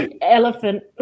Elephant